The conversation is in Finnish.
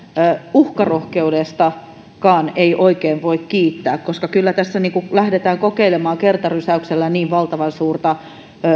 uhkarohkeudestakaan ei oikein voi kiittää koska kyllä tässä lähdetään kokeilemaan kertarysäyksellä niin valtavan suurta